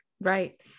Right